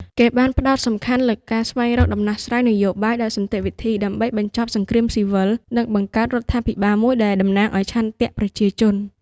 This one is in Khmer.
គេបានផ្តោតសំខាន់លើការស្វែងរកដំណោះស្រាយនយោបាយដោយសន្តិវិធី ដើម្បីបញ្ចប់សង្គ្រាមស៊ីវិល និងបង្កើតរដ្ឋាភិបាលមួយដែលតំណាងឱ្យឆន្ទៈប្រជាជន។